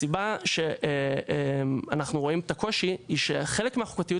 הסיבה שאנחנו רואים את הקושי היא שחלק מהחוקתיות